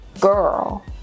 girl